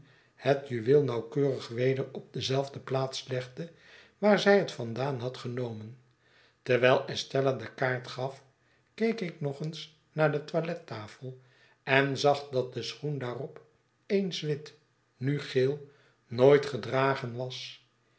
het juweel nauwkeurig weder op dezelfde plaats legde waar zij het vandaan had genomen terwijl estella de kaart gaf keek ik nog eens naar de toilettafel en zag dat de schoen daarop eens wit nu geel nooit gedragen was